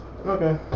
Okay